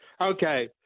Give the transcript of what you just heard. Okay